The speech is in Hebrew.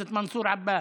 חבר הכנסת מנסור עבאס,